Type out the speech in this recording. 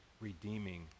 redeeming